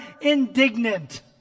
indignant